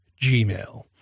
Gmail